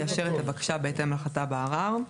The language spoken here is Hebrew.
יאשר את הבקשה בהתאם להחלטה בערר.